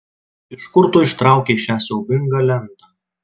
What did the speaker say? iš kur tu ištraukei šią siaubingą lentą